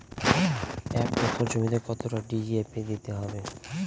এক একর জমিতে কতটা ডি.এ.পি দিতে হবে?